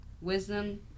wisdom